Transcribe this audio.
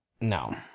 No